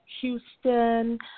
Houston